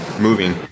moving